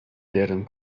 deren